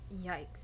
Yikes